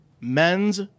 men's